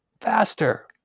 Faster